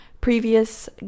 previous